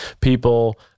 People